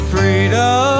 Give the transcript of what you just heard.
Freedom